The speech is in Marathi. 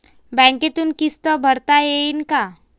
बँकेतून किस्त भरता येईन का?